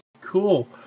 Cool